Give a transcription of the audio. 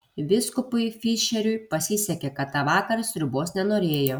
vyskupui fišeriui pasisekė kad tą vakarą sriubos nenorėjo